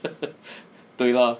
对 lor